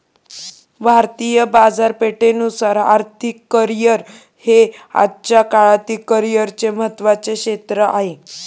भारतीय बाजारपेठेनुसार आर्थिक करिअर हे आजच्या काळातील करिअरचे महत्त्वाचे क्षेत्र आहे